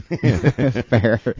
Fair